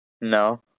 No